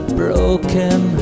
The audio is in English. broken